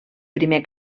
primer